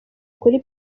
kuri